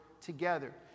together